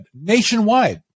Nationwide